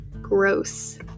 gross